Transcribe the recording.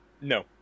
No